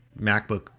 MacBook